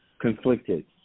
conflicted